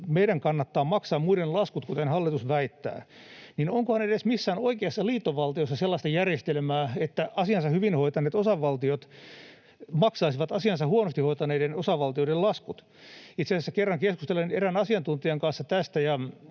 meidän kannattaa maksaa muiden laskut, kuten hallitus väittää, niin onkohan edes missään oikeassa liittovaltiossa sellaista järjestelmää, että asiansa hyvin hoitaneet osavaltiot maksaisivat asiansa huonosti hoitaneiden osavaltioiden laskut? Itse asiassa kerran keskustelin erään asiantuntijan kanssa tästä,